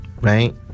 Right